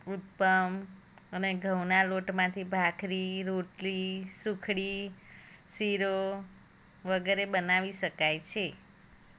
ઉત્તપમ અને ઘઉંના લોટમાંથી ભાખરી રોટલી સુખડી શીરો વગેરે બનાવી શકાય છે